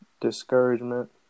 discouragement